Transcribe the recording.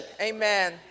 Amen